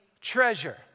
treasure